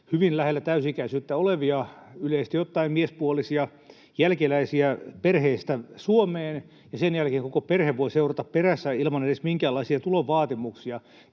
hyvin lähellä täysi-ikäisyyttä olevia, yleisesti ottaen miespuolisia jälkeläisiä perheistä Suomeen, ja sen jälkeen koko perhe voi seurata perässä ilman edes minkäänlaisia tulovaatimuksia.